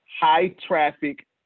high-traffic